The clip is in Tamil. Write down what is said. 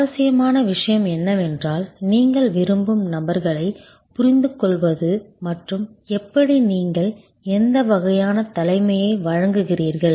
சுவாரஸ்யமான விஷயம் என்னவென்றால் நீங்கள் விரும்பும் நபர்களைப் புரிந்துகொள்வது மற்றும் எப்படி நீங்கள் எந்த வகையான தலைமையை வழங்குகிறீர்கள்